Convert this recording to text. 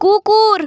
কুকুর